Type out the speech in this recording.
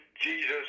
Jesus